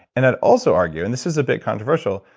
and i'd also argue, and this is a bit controversial,